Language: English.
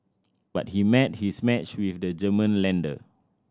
but he met his match with the German lender